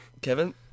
Kevin